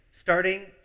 starting